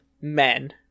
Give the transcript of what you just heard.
men